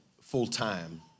full-time